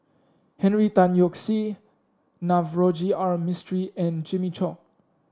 Henry Tan Yoke See Navroji R Mistri and Jimmy Chok